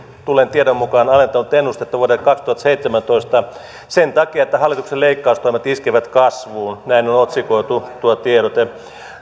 tulleen tiedon mukaan alentanut ennustetta vuodelle kaksituhattaseitsemäntoista sen takia että hallituksen leikkaustoimet iskevät kasvuun näin on otsikoitu tuo tiedote